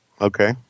Okay